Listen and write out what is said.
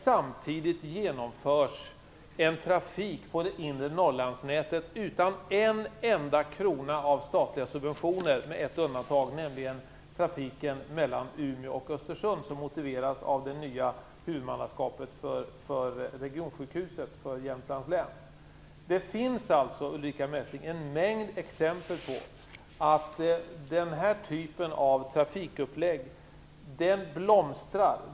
Samtidigt genomförs trafik på det inre Norrlandsnätet utan en enda krona av statliga subventioner med ett undantag. Det är trafiken mellan Umeå och östersund, som motiveras av det nya huvudmannaskapet för regionsjukhuset för Det finns alltså, Ulrica Messing, en mängd exempel på att denna typ av trafikupplägg blomstrar.